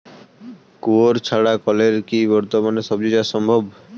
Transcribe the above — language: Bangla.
কুয়োর ছাড়া কলের কি বর্তমানে শ্বজিচাষ সম্ভব?